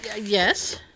Yes